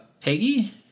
Peggy